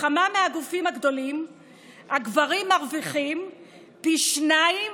בכמה מהגופים הגדולים הגברים מרוויחים פי שניים